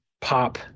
pop